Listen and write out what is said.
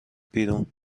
بیرون